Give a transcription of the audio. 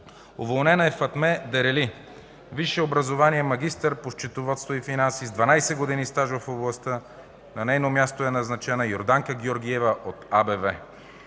Уволнена е Фатме Дерели. Висше образование, магистър по счетоводство и финанси с 12 години стаж в областта. На нейно място е назначена Йорданка Георгиева от АБВ.